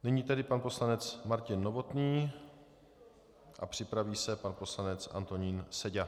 Nyní tedy pan poslanec Martin Novotný a připraví se pan poslanec Antonín Seďa.